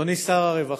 אדוני שר הרווחה,